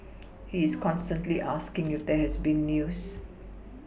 he is constantly asking if there has been news